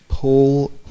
Paul